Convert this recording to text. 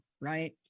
Right